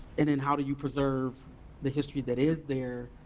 and and how do you preserve the history that is there?